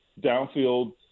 downfield